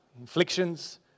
Inflictions